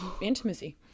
intimacy